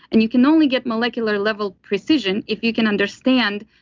and you can only get molecular level precision if you can understand,